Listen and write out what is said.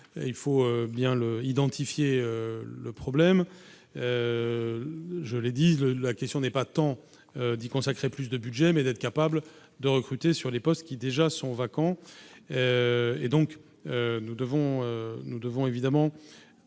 il faut bien le identifier le problème, je l'ai dit-il, la question n'est pas tant d'y consacrer plus de budget mais d'être capables de recruter sur des postes qui déjà sont vacants, et donc nous devons nous